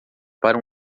para